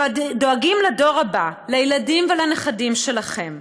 דואגים לדור הבא, לילדים ולנכדים שלכם.